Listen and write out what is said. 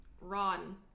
Ron